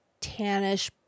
tannish